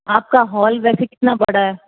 आपका हॉल वैसे कितना बड़ा है